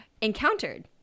encountered